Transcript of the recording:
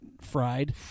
fried